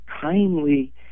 kindly